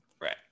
Right